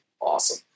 awesome